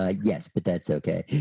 ah yes but that's okay.